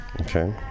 Okay